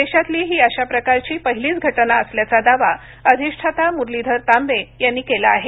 देशातली ही अशा प्रकारची पहिलीच घटना असल्याचा दावा अधिष्ठाता मुरलीधर तांबे यांनी केला आहे